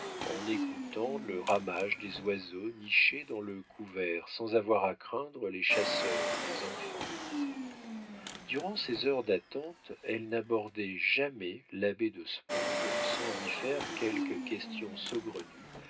en écoutant le ramage des oiseaux nichés dans le couvert sans avoir à craindre les chasseurs ou les enfants durant ces heures d'attente elle n'abordait jamais l'abbé de sponde sans lui faire quelques questions saugrenues